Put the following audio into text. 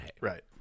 Right